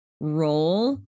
role